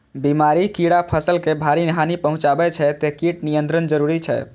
बीमारी, कीड़ा फसल के भारी हानि पहुंचाबै छै, तें कीट नियंत्रण जरूरी छै